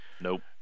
Nope